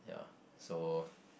yeah so